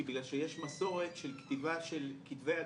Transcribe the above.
בגלל שיש מסורת של כתיבה של כתבי יד,